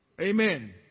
Amen